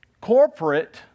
corporate